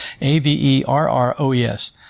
A-V-E-R-R-O-E-S